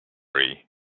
ree